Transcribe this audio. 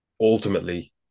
ultimately